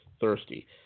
thirsty